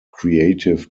creative